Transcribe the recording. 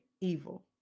evil